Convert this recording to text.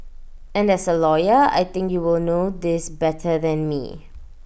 and as A lawyer I think you will know this better than me